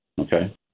okay